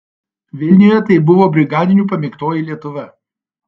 vilniuje tai buvo brigadinių pamėgtoji lietuva